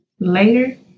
Later